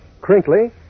crinkly